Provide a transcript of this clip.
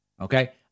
Okay